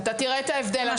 אתה תראה את ההבדל.